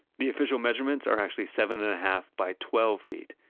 the official measurements are actually seven and a half by twelve feet.